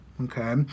Okay